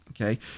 Okay